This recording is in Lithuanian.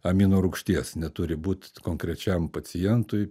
aminorūgšties neturi būt konkrečiam pacientui